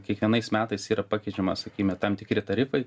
kiekvienais metais yra pakeičiama sakykime tam tikri tarifai